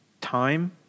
time